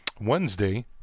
Wednesday